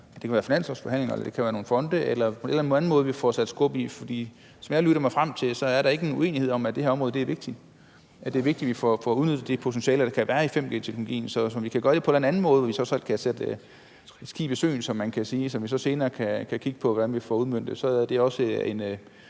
det kan være finanslovsforhandlinger, eller det kan være nogle fonde eller en eller anden anden måde, vi får sat skub i det på. For som jeg har lyttet mig frem til, er der ikke uenighed om, at det her er et vigtigt område, at det er vigtigt, at vi får udnyttet de potentialer, der kan være i 5G-teknologien. Så hvis vi kan gøre det på en anden måde, hvor vi trods alt kan sætte et skib i søen, kan man sige, og vi så senere kan kigge på, hvordan vi får det udmøntet, er det også en